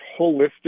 holistic